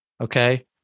Okay